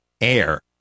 Air